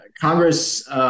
Congress